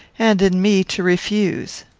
and in me to refuse.